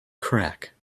crack